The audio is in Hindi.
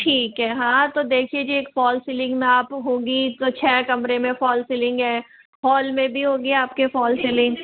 ठीक है हाँ तो देखिए जी एक फॉल सीलिंग में आप होगी तो छः कमरे में फॉल सीलिंग है हाॅल में भी होगी आप के फॉल सीलिंग